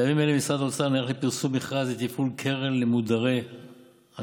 בימים אלה משרד האוצר נערך לפרסום מכרז לתפעול קרן למודרי אשראי.